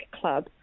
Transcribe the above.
club